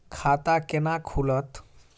खाता केना खुलत?